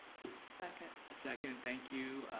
second. second, thank you.